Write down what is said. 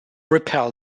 repel